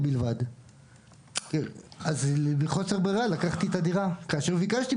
ואלה תקציבי הביצוע,